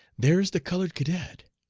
there's the colored cadet!